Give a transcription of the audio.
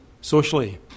socially